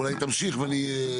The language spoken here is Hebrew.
אולי תמשיך ואני.